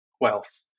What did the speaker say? wealth